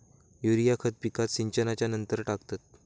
urea खत पिकात सिंचनच्या नंतर टाकतात